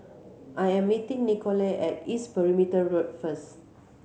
I am meeting Nikole at East Perimeter Road first